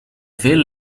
veel